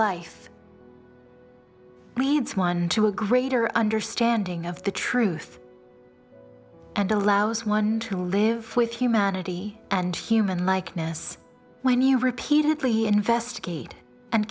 life means one to a greater understanding of the truth and allows one to live with humanity and human like notice when you repeatedly investigate and